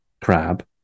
crab